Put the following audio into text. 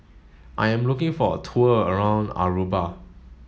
I am looking for a tour around Aruba